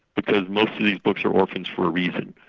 because most of these books are orphans for a reason,